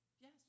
Yes